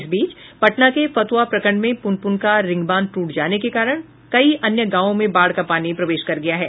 इस बीच पटना के फतुहा प्रखंड में पुनपुन का रिंगबांध टूट जाने के कारण कई अन्य गांवों में बाढ़ का पानी प्रवेश कर गया है